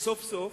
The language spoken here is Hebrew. סוף-סוף